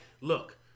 look